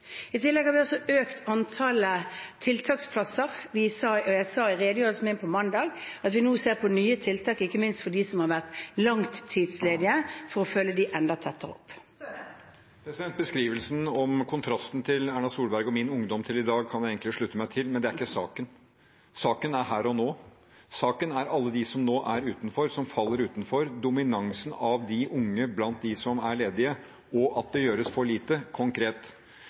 I tillegg har vi økt antallet tiltaksplasser. Jeg sa i redegjørelsen min på mandag at vi nå ser på nye tiltak, ikke minst for dem som har vært langtidsledige, for å følge dem enda tettere opp. Beskrivelsen av kontrasten til Erna Solbergs og min ungdom kan jeg egentlig slutte meg til, men det er ikke saken. Saken er her og nå. Saken er alle de som nå er utenfor, som faller utenfor, dominansen av de unge blant dem som er ledige, og at det gjøres for lite konkret.